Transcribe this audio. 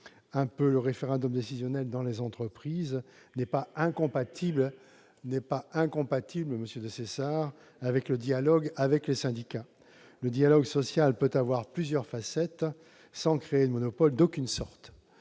un peu le référendum décisionnel dans les entreprises n'est pas incompatible avec le dialogue avec les syndicats. Le dialogue social peut avoir plusieurs facettes, sans créer de monopoles d'aucune sorte.